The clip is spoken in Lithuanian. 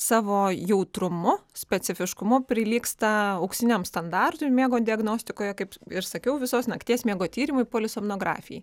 savo jautrumu specifiškumu prilygsta auksiniam standartui miego diagnostikoje kaip ir sakiau visos nakties miego tyrimui polisomnografijai